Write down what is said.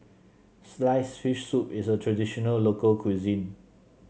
sliced fish soup is a traditional local cuisine